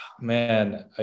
man